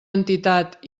entitat